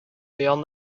beyond